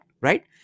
right